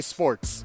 Sports